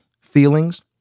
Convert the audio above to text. feelings